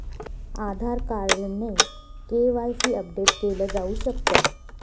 आधार card ने KYC update केल जाऊ शकत